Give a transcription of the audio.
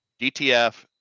DTF